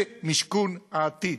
זה משכון העתיד.